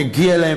מגיע להם,